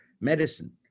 medicine